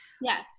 Yes